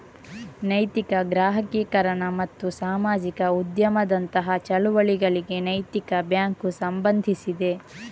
ನೈತಿಕ ಗ್ರಾಹಕೀಕರಣ ಮತ್ತು ಸಾಮಾಜಿಕ ಉದ್ಯಮದಂತಹ ಚಳುವಳಿಗಳಿಗೆ ನೈತಿಕ ಬ್ಯಾಂಕು ಸಂಬಂಧಿಸಿದೆ